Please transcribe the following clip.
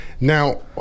Now